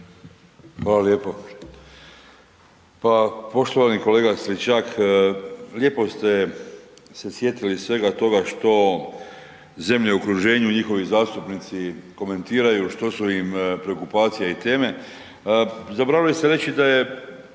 Hvala lijepo. Pa poštovani kolega Stričak, lijepo ste se sjetili svega toga što zemlje u okruženju i njihovi zastupnici komentiraju što su im preokupacija i teme. Zaboravili ste reći da je